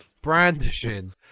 brandishing